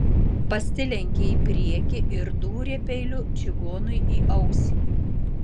pasilenkė į priekį ir dūrė peiliu čigonui į ausį